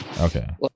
okay